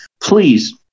Please